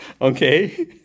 Okay